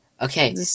Okay